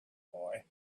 boy